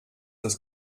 das